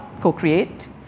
co-create